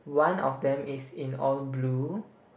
one of them is in all blue